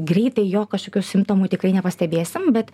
greitai jo kažkokių simptomų tikrai nepastebėsim bet